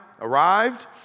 arrived